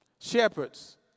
shepherds